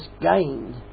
gained